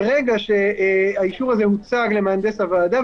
ברגע שהאישור הזה הוצג למהנדס הוועדה,